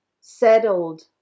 settled